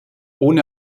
ohne